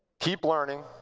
keep learning.